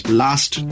last